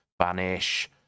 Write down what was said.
vanish